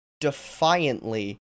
defiantly